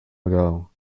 ago